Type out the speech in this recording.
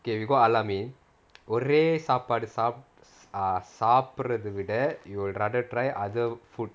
okay if you go al-ameen ஒரே சாப்பாடு சாப்பிடறதுல:orae saapaadu saapidarathula you will rather try other food